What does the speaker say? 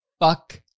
fuck